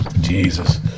Jesus